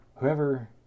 Whoever